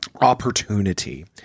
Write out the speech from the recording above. opportunity